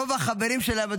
רוב החברים שלהם,